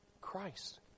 Christ